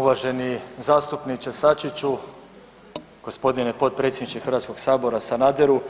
Uvaženi zastupniče Sačiću, g. potpredsjedniče HS-a Sanaderu,